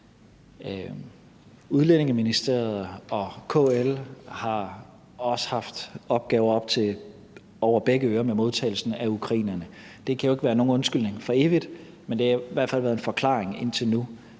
Integrationsministeriet og KL også har haft opgaver til op over begge ører med modtagelsen af ukrainerne. Det kan jo ikke være nogen undskyldning for evigt, men det har i hvert fald været en forklaring indtil nu.